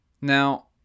Now